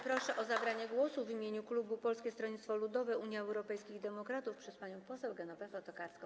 Proszę o zabranie głosu w imieniu klubu Polskiego Stronnictwa Ludowego - Unii Europejskich Demokratów panią poseł Genowefę Tokarską.